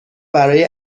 برای